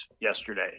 yesterday